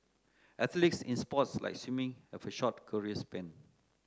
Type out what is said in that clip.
athletes in sports like swimming have a short career span